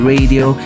Radio